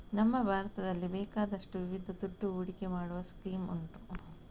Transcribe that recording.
ನಮ್ಮ ಭಾರತದಲ್ಲಿ ಬೇಕಾದಷ್ಟು ವಿಧದ ದುಡ್ಡು ಹೂಡಿಕೆ ಮಾಡುವ ಸ್ಕೀಮ್ ಉಂಟು